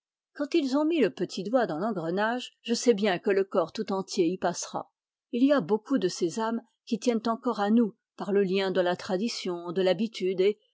quand ils ont mis un doigt dans l'engrenage je sais bien que le corps tout entier y passera il y a beaucoup de ces âmes qui tiennent encore à nous par le lien de la tradition de l'habitude et